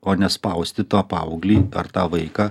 o nespausti tą paauglį ar tą vaiką